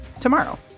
tomorrow